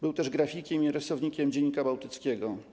Był też grafikiem i rysownikiem „Dziennika Bałtyckiego”